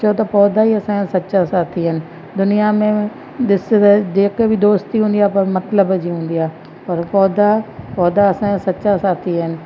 छो त पौधा ई असांजा सच्चा साथी आहिनि दुनिया में ॾिस त जेकी बि दोस्ती हूंदी आहे सभु मतिलब जी हूंदी आहे पर पौधा पौधा असांजा सच्चा साथी आहिनि